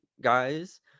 guys